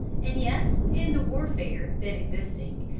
and yet, in the warfare then existing,